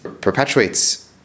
perpetuates